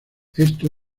esto